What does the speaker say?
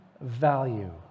value